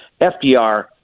FDR